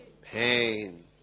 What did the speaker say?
Pain